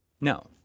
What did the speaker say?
No